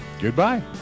Goodbye